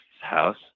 house